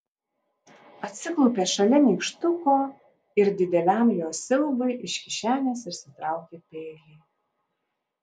atsiklaupė šalia nykštuko ir dideliam jo siaubui iš kišenės išsitraukė peilį